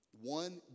One